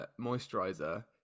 moisturizer